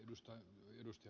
arvoisa puhemies